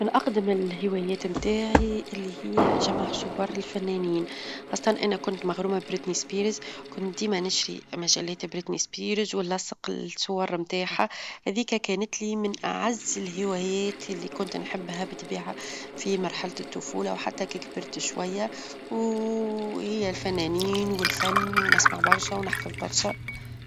من أقدم الهوايات متاعي اللي هي جمع صور الفنانين، خاصة أنا كنت مغرومة ببريتني اسبريس، كنت ديما نشري مجلات بريتني اسبيرس ونلصق الصور متاعها، هاذيك كانت لي من أعز الهوايات ياللي كنت نحبها بتبعها في مرحلة الطفولة، وحتى كي كبرت شوية، وهى الفنانين، والفن، ونسمع برشا، ونحفظ برشا.